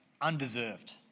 undeserved